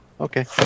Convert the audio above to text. Okay